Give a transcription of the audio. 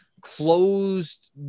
closed